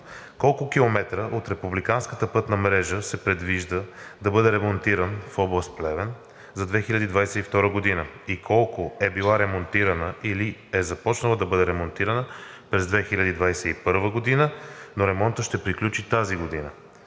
Колко километра от републиканската пътна мрежа се предвижда да бъдат ремонтирани в област Плевен за 2022 г. и колко са били ремонтирани или е започнато да бъдат ремонтирани през 2021 г., но ремонтът ще приключи тази година?